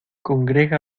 congrega